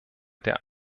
der